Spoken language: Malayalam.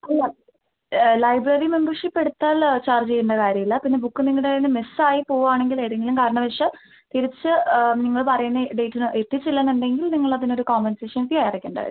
അല്ല ലൈബ്രറി മെമ്പർഷിപ്പ് എടുത്താൽ ചാർജ് ചെയ്യേണ്ട കാര്യം ഇല്ല പിന്നെ ബുക്ക് നിങ്ങളുടെ കയ്യിൽനിന്ന് മിസ്സ് ആയി പോവുകയാണെങ്കിൽ ഏതെങ്കിലും കാരണവശാൽ തിരിച്ച് നിങ്ങൾ പറയുന്ന ഡേറ്റിന് എത്തിച്ചില്ല എന്നുണ്ടെങ്കിൽ നിങ്ങൾ അതിനൊരു കോമ്പൻസേഷൻ ഫീ അടയ്ക്കേണ്ട വരും